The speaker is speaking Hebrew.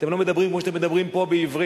אתם לא מדברים כמו שאתם מדברים פה בעברית?